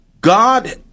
God